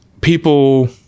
people